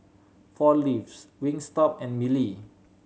Four Leaves Wingstop and Mili